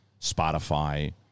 spotify